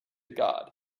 god